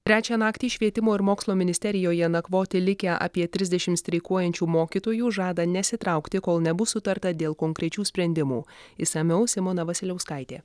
trečią naktį švietimo ir mokslo ministerijoje nakvoti likę apie trisdešimt streikuojančių mokytojų žada nesitraukti kol nebus sutarta dėl konkrečių sprendimų išsamiau simona vasiliauskaitė